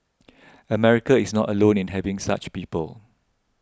America is not alone in having such people